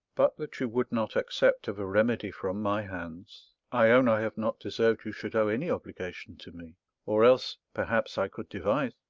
but that you would not accept of a remedy from my hands i own i have not deserved you should owe any obligation to me or else, perhaps, i could devise